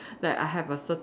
like I have a certain